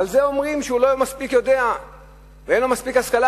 ועל זה אומרים שהוא לא יודע מספיק ואין לו השכלה מספיקה,